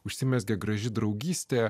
užsimezgė graži draugystė